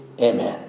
Amen